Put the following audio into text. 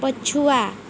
ପଛୁଆ